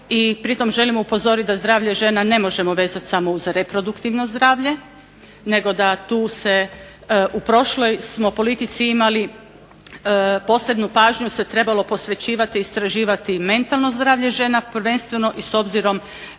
i pritom želimo upozoriti da zdravlje žena ne možemo vezati samo uz reproduktivno zdravlje nego da tu se u prošloj smo politici imali, posebnu pažnju se trebalo posvećivati i istraživati mentalno zdravlje žena prvenstveno i s obzirom